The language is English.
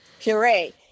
puree